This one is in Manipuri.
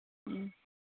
ꯎꯝ